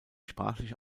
sprachliche